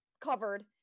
covered